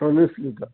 চল্লিচ litre